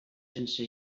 sense